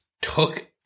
took